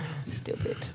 Stupid